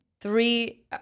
Three